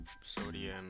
sodium